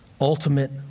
ultimate